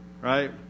right